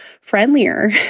friendlier